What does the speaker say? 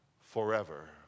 forever